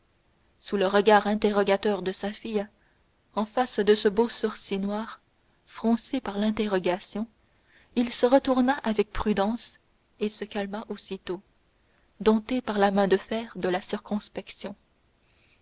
sous le regard interrogateur de sa fille en face de ce beau sourcil noir froncé par l'interrogation il se retourna avec prudence et se calma aussitôt dompté par la main de fer de la circonspection